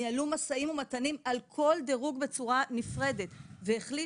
ניהלו משאים ומתנים על כל דירוג בצורה נפרדת והחליטו,